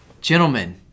gentlemen